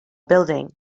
building